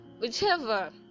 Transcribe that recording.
Whichever